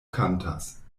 kantas